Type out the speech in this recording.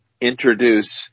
introduce